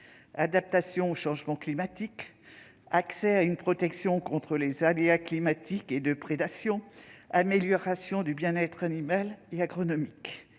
adaptation au changement climatique, accès à une protection contre les aléas climatiques et de prédation ou encore amélioration du bien-être animal et de l'agronomie,